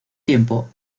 tiempo